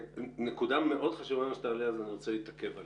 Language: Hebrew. זאת נקודה מאוד חשוב, ואני רוצה להתעכב עליה.